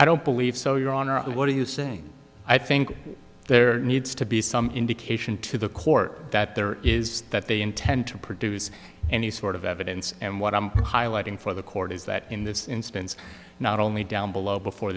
i don't believe so your honor what are you saying i think there needs to be some indication to the court that there is that they intend to produce any sort of evidence and what i'm highlighting for the court is that in this instance not only down below before